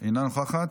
אינה נוכחת.